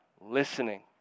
listening